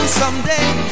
someday